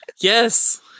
Yes